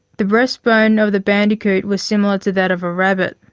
the breastbone of the bandicoot was similar to that of a rabbit.